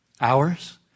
Hours